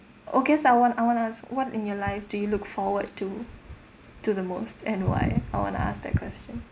oh I guess I want I want to ask what in your life do you look forward to to the most and why I want to ask that question